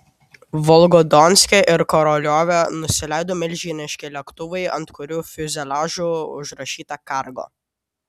volgodonske ir koroliove nusileido milžiniški lėktuvai ant kurių fiuzeliažų užrašyta kargo